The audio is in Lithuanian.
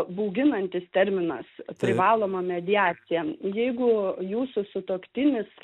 bauginantis terminas privaloma mediacija jeigu jūsų sutuoktinis